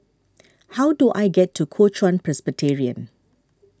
how do I get to Kuo Chuan Presbyterian